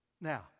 Now